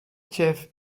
chef